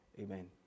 Amen